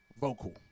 vocal